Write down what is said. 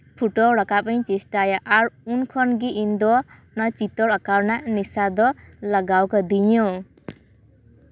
ᱯᱷᱩᱴᱟᱹᱣ ᱨᱟᱠᱟᱵ ᱤᱧ ᱪᱮᱥᱴᱟᱭᱟ ᱟᱨ ᱩᱱ ᱠᱷᱚᱱ ᱜᱮ ᱤᱧ ᱫᱚ ᱱᱚᱣᱟ ᱪᱤᱛᱟᱹᱨ ᱟᱸᱠᱟᱣ ᱨᱮᱱᱟᱜ ᱱᱮᱥᱟ ᱫᱚ ᱞᱟᱜᱟᱣ ᱠᱟᱹᱫᱤᱧᱟᱹ